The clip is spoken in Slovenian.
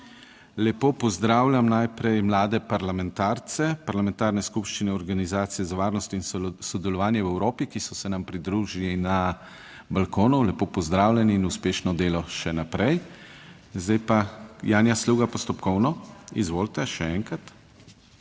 lepo pozdravljam najprej mlade parlamentarce parlamentarne skupščine Organizacije za varnost in sodelovanje v Evropi, ki so se nam pridružili na balkonu. Lepo pozdravljeni in uspešno delo še naprej. Zdaj pa Janja Sluga, postopkovno, izvolite še enkrat.